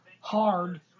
hard